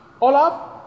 Olaf